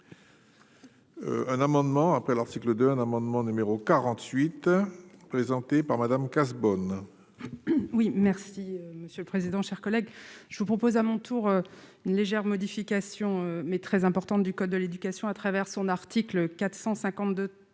Un amendement après l'article, un amendement numéro 48 heures, présenté par Madame Cazebonne. Oui, merci Monsieur le Président, chers collègues, je vous propose à mon tour une légère modification mais très importante du code de l'éducation à travers son article 452